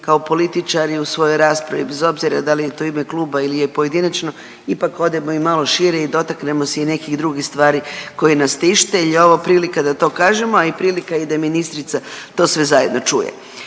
kao političari u svojoj raspravi bez obzira da li je to u ime kluba ili je pojedinačno ipak odemo i malo šire i dotaknemo se i nekih drugih stvari koje nas tište jel je ovo prilika da to kažemo, a i prilika i da ministrica to sve zajedno čuje.